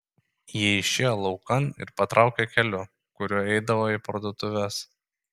ji išėjo laukan ir patraukė keliu kuriuo eidavo į parduotuves